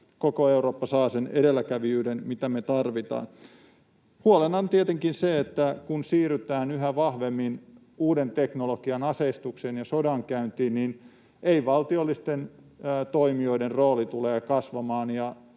koko Eurooppa saavat sen edelläkävijyyden, mitä me tarvitaan. Huolena on tietenkin se, että kun siirrytään yhä vahvemmin uuden teknologian aseistukseen ja sodankäyntiin, ei-valtiollisten toimijoiden rooli tulee kasvamaan,